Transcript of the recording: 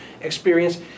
experience